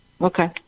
Okay